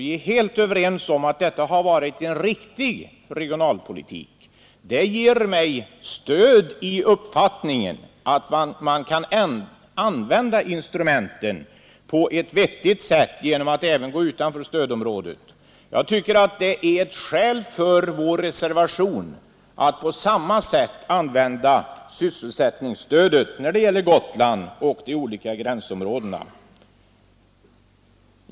Vi är helt överens om att detta har varit en riktig regionalpolitik. Det ger mig stöd för åsikten att man kan använda instrumenten på ett vettigt sätt genom att även gå utanför stödområdet. Jag tycker att det är ett skäl för vårt reservationsförslag om att sysselsättningsstödet skall användas på samma sätt när det gäller Gotland och de olika gränsområdena.